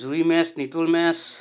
জুই মেচ নিতুল মেচ